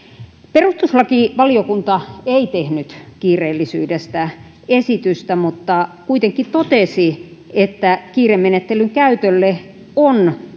perustuslakivaliokunta ei tehnyt kiireellisyydestä esitystä mutta kuitenkin totesi että kiiremenettelyn käytölle on